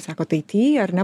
sakot ai ty ar ne